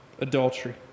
Adultery